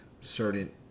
certain